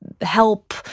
help